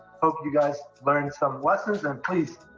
hope you guys learned some lessons and please,